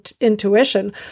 intuition